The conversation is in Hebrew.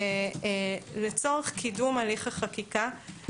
לצורך קידום הליך החקיקה,